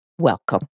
welcome